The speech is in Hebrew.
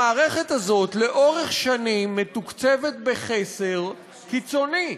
המערכת הזאת לאורך שנים מתוקצבת בחסר קיצוני.